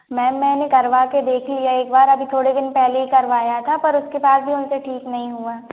ma'am मैंने करवा कर देख लिया है एक बार अभी थोड़े दिन पहले ही करवाया था पर उसके बाद भी उनसे ठीक नहीं हुआ